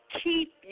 keep